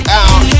out